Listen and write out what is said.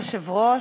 אדוני היושב-ראש,